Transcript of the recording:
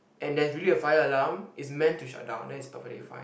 and there's really a fire alarm it's meant to shut down that is perfectly fine